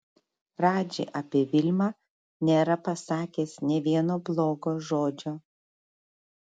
radži apie vilmą nėra pasakęs nė vieno blogo žodžio